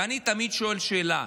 אני תמיד שואל שאלה: